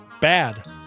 bad